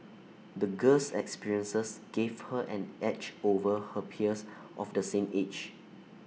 the girl's experiences gave her an edge over her peers of the same age